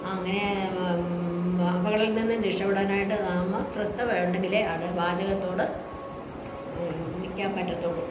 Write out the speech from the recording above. ആ അങ്ങനെ അപകടങ്ങളിൽ നിന്ന് രക്ഷപെടാനായിട്ട് അതാകുമ്പോൾ ശ്രദ്ധ വേണ്ടങ്കിലെ അത് പാചകത്തോട് നിൽക്കാൻ പറ്റത്തുള്ളു